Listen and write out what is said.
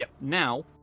Now